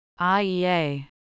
IEA